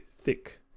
thick